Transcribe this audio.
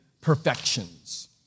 perfections